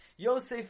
Yosef